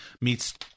meets